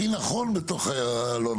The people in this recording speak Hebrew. אבל, צריך ליצור את ההכי נכון בתוך הלא נכון.